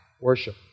worship